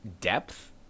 depth